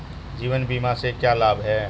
जीवन बीमा से क्या लाभ हैं?